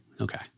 Okay